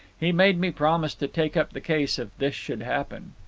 he made me promise to take up the case if this should happen.